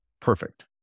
perfect